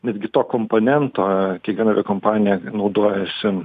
netgi to komponento kiekviena aviakompanija naudojasi